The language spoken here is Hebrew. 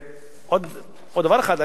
ועוד דבר אחד,